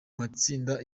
matsinda